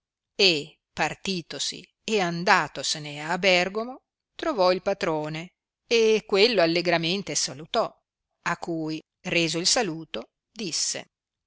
e partitosi e andatosene a bergomo trovò il patrone e quello allegramente salutò a cui reso il saluto disse